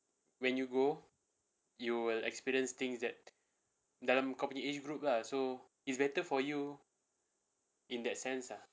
when you go you will experience things that dalam kamu punya age group lah so it's better for you in that sense ah